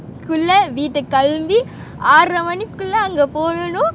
குள்ள வீட்ட கழுவி ஆறர மணிக்குள்ள அங்க போவணும்:kulla veetta kaluvi aarara manikkulla anga povanum